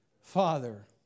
Father